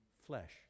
flesh